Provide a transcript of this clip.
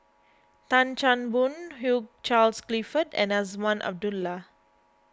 Tan Chan Boon Hugh Charles Clifford and Azman Abdullah